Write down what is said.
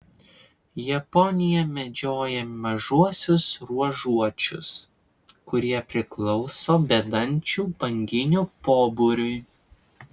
japonija medžioja mažuosiuos ruožuočius kurie priklauso bedančių banginių pobūriui